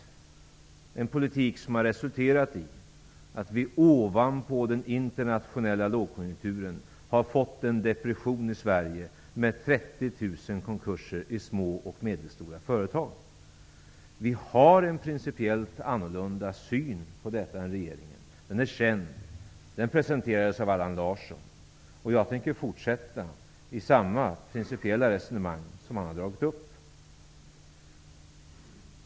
Det är en politik som har resulterat i att vi ovanpå den internationella lågkonjukturen har fått en depression i Sverige med 30 000 Vi har en principiellt annorlunda syn på detta än vad regeringen har. Den är känd. Den presenterades av Allan Larsson. Jag tänker fortsätta med samma principiella resonemang som han har dragit upp.